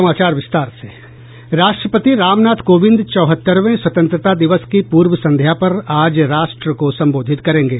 राष्ट्रपति रामनाथ कोविंद चौहत्तरवें स्वतंत्रता दिवस की पूर्व संध्या पर आज राष्ट्र को संबोधित करेंगे